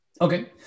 Okay